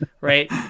Right